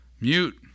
mute